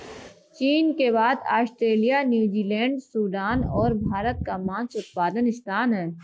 चीन के बाद ऑस्ट्रेलिया, न्यूजीलैंड, सूडान और भारत का मांस उत्पादन स्थान है